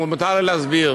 מותר לי להסביר.